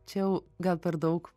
čia jau gal per daug